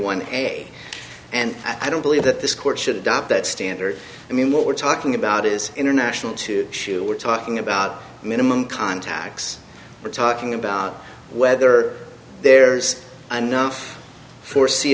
one a and i don't believe that this court should adopt that standard i mean what we're talking about is international to shew we're talking about minimum contacts we're talking about whether there's enough foresee